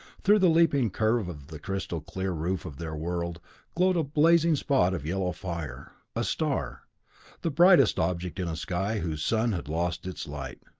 through the leaping curve of the crystal clear roof of their world glowed a blazing spot of yellow fire. a star the brightest object in a sky whose sun had lost its light.